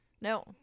No